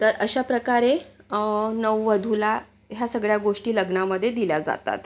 तर अशाप्रकारे नववधूला ह्या सगळ्या गोष्टी लग्नामध्ये दिल्या जातात